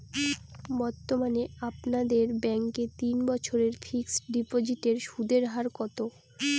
বর্তমানে আপনাদের ব্যাঙ্কে তিন বছরের ফিক্সট ডিপোজিটের সুদের হার কত?